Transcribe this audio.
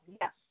Yes